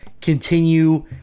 continue